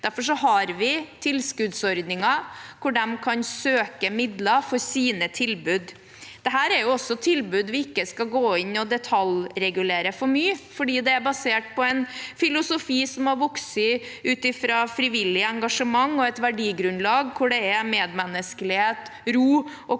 Derfor har vi tilskuddsordninger hvor de kan søke midler til sine tilbud. Dette er også tilbud vi ikke skal gå inn og detaljregulere for mye, for de er basert på en filosofi som har vokst ut fra frivillig engasjement og et verdigrunnlag hvor det er medmenneskelighet, ro og kanskje